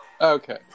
Okay